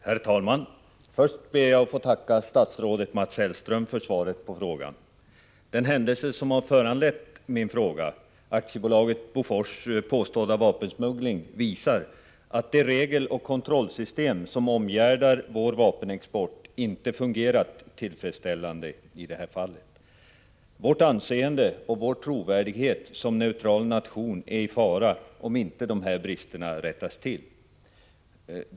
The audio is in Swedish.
Herr talman! Först ber jag att få tacka statsrådet Mats Hellström för svaret på frågan. Den händelse som har föranlett min fråga, AB Bofors påstådda vapensmuggling, visar att det regeloch kontrollsystem som omgärdar vår vapenexport inte har fungerat tillfredsställande i detta fall. Vårt anseende och vår trovärdighet såsom neutral nation är i fara om inte dessa brister rättas till.